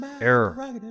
Error